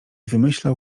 wymyślał